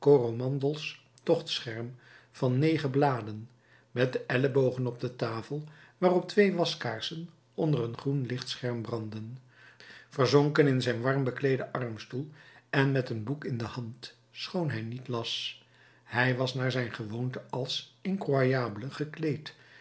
coromandelsch tochtscherm van negen bladen met de ellebogen op de tafel waarop twee waskaarsen onder een groen lichtscherm brandden verzonken in zijn warm bekleeden armstoel en met een boek in de hand schoon hij niet las hij was naar zijn gewoonte als incroyable gekleed